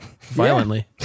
Violently